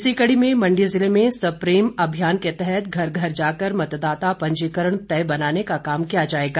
इसी कड़ी में मंडी जिले में सप्रेम अभियान के तहत घर घर जाकर मतदाता पंजीकरण तय बनाने का काम किया जाएगा